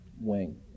wing